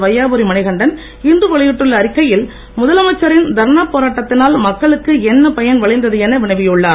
வையாபுரி மணிகண்டன் இன்று அறிக்கையில் வெளியிட்டுள்ள முதலமைச்சரின் தர்ணா போராட்டத்தினால் மக்களுக்கு என்ன பயன் விளைந்தது என வினவியுள்ளார்